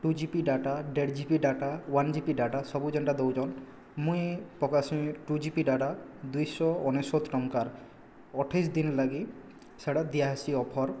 two GB data ଦେଢ଼ GB data one GB data ସବୁ ଯେଣ୍ଟା ଦଉଛନ୍ ମୁଇଁ ପକାସି ଟୁ ଜିବି ଡାଟା ଦୁଇଶହ ଅନେଶତ ଟଙ୍କାର୍ ଅଠେଇଶି ଦିନ୍ ଲାଗି ସେଇଟା ଦିଆ ହେସି ଅଫର୍